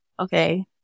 Okay